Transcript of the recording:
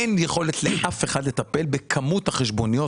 לאף אחד אין יכולת לטפל בכמות החשבוניות